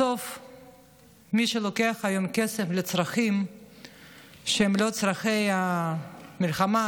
בסוף מי שלוקח היום כסף לצרכים שהם לא צורכי המלחמה,